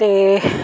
ਅਤੇ